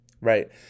right